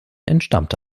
entstammte